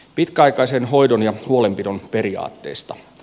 pitkäaikaisen hoidon ja huolenpidon periaatteista